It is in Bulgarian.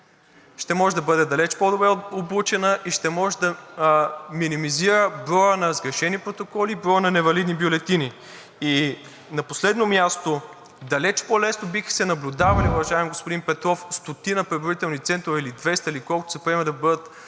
ще може да бъде далеч по-добре обучена и ще може да минимизира броя на сгрешени протоколи, броя на невалидни бюлетини. На последно място, далеч по-лесно биха се наблюдавали, уважаеми господин Петров, стотината преброителни центрове или 200, или колкото се приеме да бъдат